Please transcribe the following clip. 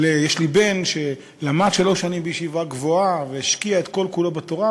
אבל יש לי בן שלמד שלוש שנים בישיבה גבוהה והשקיע את כל-כולו בתורה,